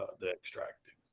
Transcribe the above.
ah the extract,